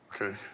Okay